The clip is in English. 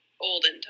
olden